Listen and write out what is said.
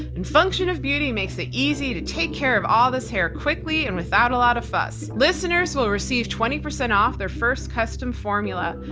and function of beauty makes it easy to take care of all this hair quickly and without a lot of fuss. listeners will receive twenty percent off their first custom formula.